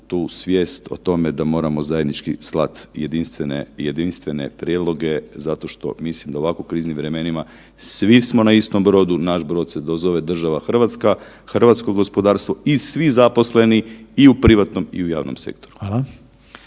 tu svijest o tome da moramo zajednički slat jedinstvene, jedinstvene prijedloge zato što mislim da u ovako kriznim vremenima svi smo na istom brodu, naš brod se zove država Hrvatska, hrvatsko gospodarstvo i svi zaposleni i u privatnom i u javnom sektoru.